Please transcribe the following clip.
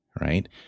Right